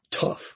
tough